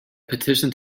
petition